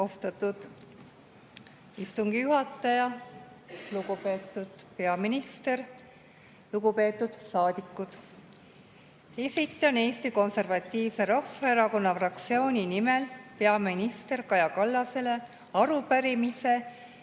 Austatud istungi juhataja! Lugupeetud peaminister! Lugupeetud saadikud! Esitan Eesti Konservatiivse Rahvaerakonna fraktsiooni nimel peaminister Kaja Kallasele arupärimise,